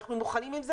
אנחנו מוכנים עם זה,